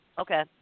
Okay